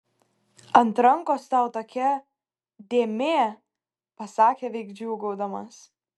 ant rankos tau tokia dėmė pasakė veik džiūgaudamas